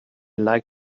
like